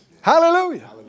Hallelujah